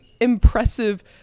impressive